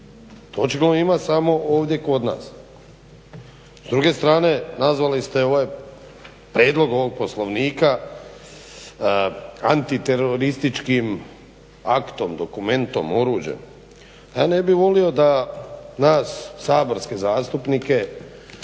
to očigledno ima samo ovdje kod nas. S druge strane nazvali ste ovaj prijedlog ovog poslovnika antiterorističkim aktom, dokumentom, oruđem. Ja ne bih volio da nas saborske zastupnike